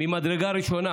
ממדרגה ראשונה,